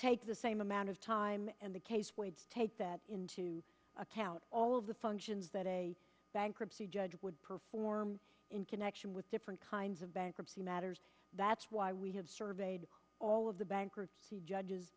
take the same amount of time and the case take that into account all of the functions that a bankruptcy judge would perform in connection with different kinds of bankruptcy matters that's why we have surveyed all of the bankruptcy judges